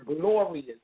glorious